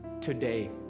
today